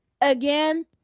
again